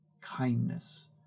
kindness